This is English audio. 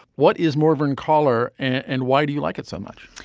what is morvan caller and why do you like it so much?